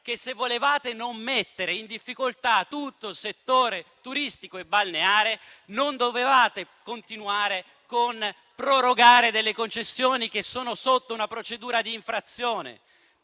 che, se non volevate mettere in difficoltà tutto il settore turistico e balneare, non dovevate continuare con la proroga delle concessioni che sono sotto una procedura di infrazione.